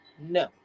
No